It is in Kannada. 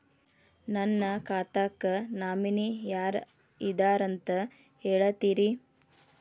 ನನ್ನ ಖಾತಾಕ್ಕ ನಾಮಿನಿ ಯಾರ ಇದಾರಂತ ಹೇಳತಿರಿ?